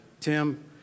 Tim